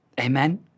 Amen